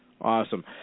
Awesome